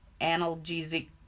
analgesic